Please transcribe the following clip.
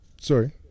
Sorry